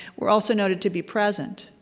were also noted to be present.